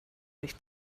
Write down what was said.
sich